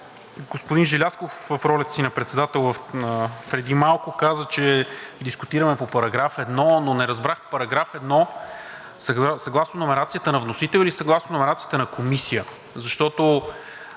господин Желязков в ролята си на председател преди малко каза, че дискутираме по § 1, но не разбрах § 1 съгласно номерацията на вносител ли е, или съгласно номерацията на Комисията, защото